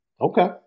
Okay